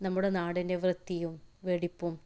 നമ്മുടെ നാടിന്റെ വൃത്തിയും വെടിപ്പും